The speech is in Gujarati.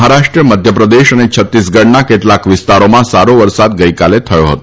મહારાષ્ટ્ર મધ્યપ્રદેશ તથા છત્તીસગઢના કેટલાક વિસ્તારોમાં સારો વરસાદ ગઈકાલે થયો હતો